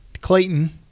Clayton